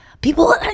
people